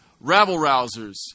rabble-rousers